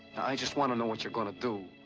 i just want to know what you're going to do.